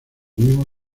mismo